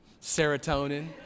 serotonin